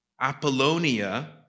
Apollonia